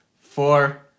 four